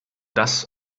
das